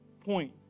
point